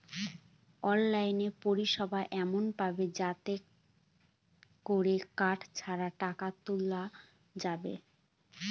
online পরিষেবা এমন পাবো যাতে করে কার্ড ছাড়া টাকা তোলা যাবে